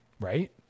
right